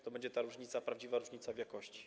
To będzie ta różnica, prawdziwa różnica w jakości.